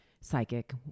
psychic